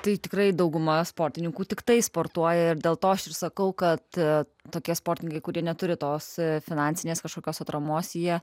tai tikrai dauguma sportininkų tiktai sportuoja ir dėl to aš ir sakau kad tokie sportininkai kurie neturi tos finansinės kažkokios atramos jie